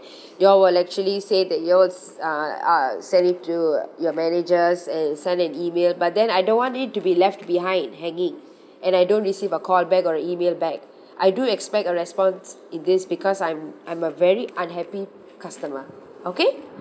you all will actually say that you all uh uh send it to your managers and send an email but then I don't want it to be left behind hanging and I don't receive a call back or an email back I do expect a response in this because I'm I'm a very unhappy customer okay